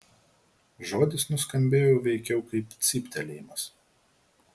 žodis nuskambėjo veikiau kaip cyptelėjimas